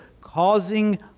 Causing